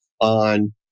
On